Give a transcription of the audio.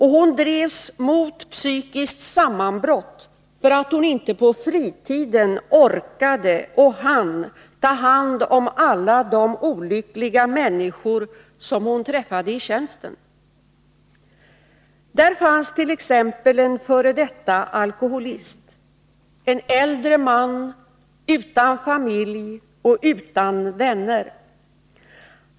Hon drevs mot psykiskt sammanbrott för att hon inte på fritiden orkade och hann ta hand om alla de olyckliga människor som hon träffade i tjänsten. Där fanns t.ex. en f. d. alkoholist, en äldre man utan familj och utan vänner.